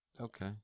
Okay